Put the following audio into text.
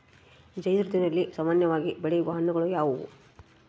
ಝೈಧ್ ಋತುವಿನಲ್ಲಿ ಸಾಮಾನ್ಯವಾಗಿ ಬೆಳೆಯುವ ಹಣ್ಣುಗಳು ಯಾವುವು?